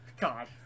God